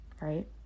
right